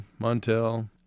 Montel